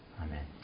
Amen